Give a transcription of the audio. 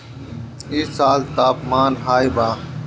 इ साल तापमान हाई बा